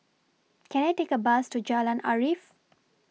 Can I Take A Bus to Jalan Arif